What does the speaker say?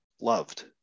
loved